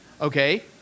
okay